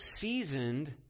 seasoned